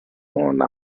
una